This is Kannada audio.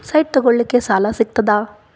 ಸೈಟ್ ತಗೋಳಿಕ್ಕೆ ಸಾಲಾ ಸಿಗ್ತದಾ?